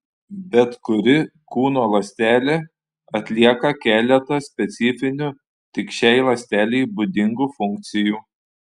bet kuri kūno ląstelė atlieka keletą specifinių tik šiai ląstelei būdingų funkcijų